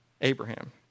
Abraham